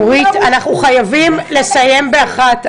אורית, אנחנו חייבים לסיים ב-13:00.